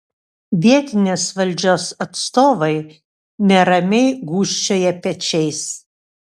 vietinės valdžios atstovai neramiai gūžčioja pečiais